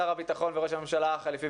שר הביטחון וראש הממשלה החליפי,